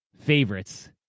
favorites